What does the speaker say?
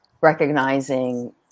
recognizing